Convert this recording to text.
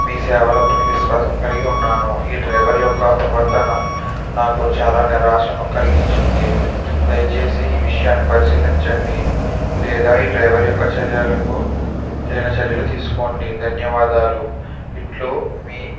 మీ సేవలపై విశ్వాసం కలిగి ఉన్నాను ఈ డ్రైవర్ యొక్క ప్రవర్తన నాకు చాలా నిరాశను కలిగించింది దయచేసి ఈ విషయాన్ని పరిశీలించండి లేదా ఈ డ్రైవర్ యొక్క చర్యలకు తగిన చర్యలు తీసుకోండి ధన్యవాదాలు ఇట్లు మీ